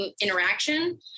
interaction